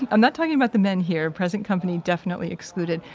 i'm not talking about the men here, present company definitely excluded.